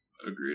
Agreed